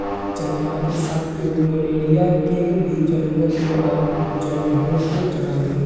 चारागाह के साथ एगो गड़ेड़िया के भी जरूरत होला जवन भेड़ के चढ़ावे